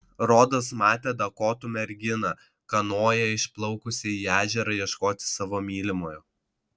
rodos matė dakotų merginą kanoja išplaukusią į ežerą ieškoti savo mylimojo